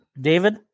David